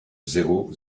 zéro